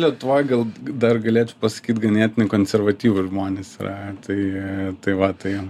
lietuvoj gal dar galėčiau pasakyt ganėtinai konservatyvūs žmonės yra tai tai va tai